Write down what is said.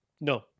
no